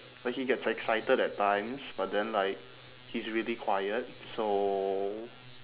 like he gets excited at times but then like he's really quiet so